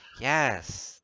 yes